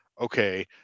Okay